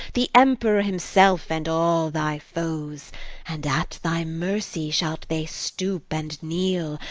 the emperor himself, and all thy foes and at thy mercy shall they stoop and kneel,